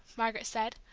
margaret said,